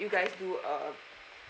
you guys do uh